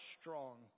strong